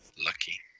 Lucky